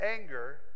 anger